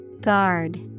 Guard